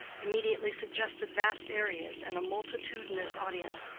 immediately suggested vast areas and a multitudinous audience,